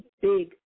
big